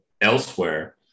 elsewhere